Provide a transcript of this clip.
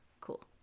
Cool